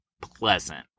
pleasant